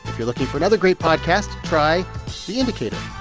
you're looking for another great podcast, try the indicator.